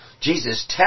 Jesus